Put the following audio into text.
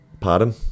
pardon